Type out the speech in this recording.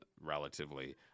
relatively